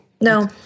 No